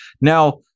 Now